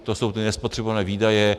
To jsou ty nespotřebované výdaje.